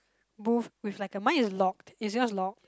booth with like a mine is locked is yours locked